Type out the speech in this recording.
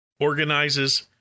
organizes